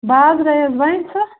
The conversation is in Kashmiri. بازرَے حظ بَنہِ سُہ